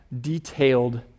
detailed